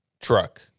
truck